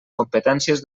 competències